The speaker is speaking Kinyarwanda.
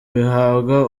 bihabwa